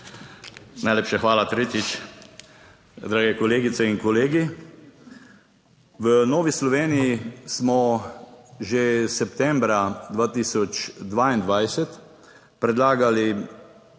Najlepša hvala, tretjič. Dragi kolegice in kolegi! V Novi Sloveniji smo že septembra 2022 predlagali,